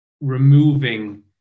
removing